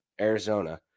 Arizona